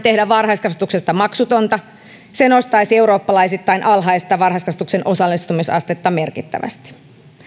tehdä varhaiskasvatuksesta maksutonta se nostaisi eurooppalaisittain alhaista varhaiskasvatuksen osallistumisastetta merkittävästi